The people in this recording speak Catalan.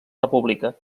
república